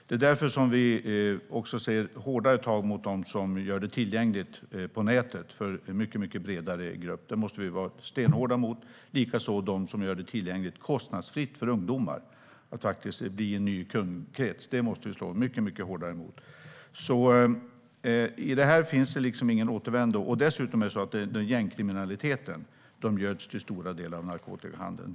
Det är därför vi vill se hårdare tag mot dem som gör narkotika tillgängligt på nätet för bredare grupper. Det måste vi vara stenhårda mot. Det gäller likaså dem som gör narkotika tillgängligt kostnadsfritt för ungdomar, det vill säga att ta fram en ny kundkrets. Det måste vi slå hårt mot. Det finns ingen återvändo. Gängkriminaliteten göds till stora delar av narkotikahandeln.